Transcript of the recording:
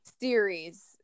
series